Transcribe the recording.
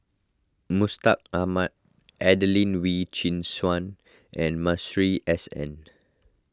Mustaq Ahmad Adelene Wee Chin Suan and Masuri S N